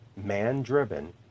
Man-driven